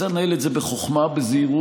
צריך לנהל את זה בחוכמה ובזהירות.